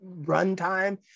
runtime